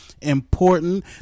important